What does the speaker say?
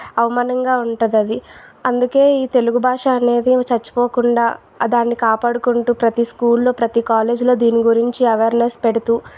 అవమానంగా ఉంటుంది అది అందుకే ఈ తెలుగు భాష అనేది చచ్చిపోకుండా దాన్ని కాపాడుకుంటూ ప్రతీ స్కూల్లో ప్రతీ కాలేజీలో దీని గురించి అవేర్నెస్ పెడుతూ